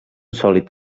sòlid